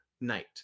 night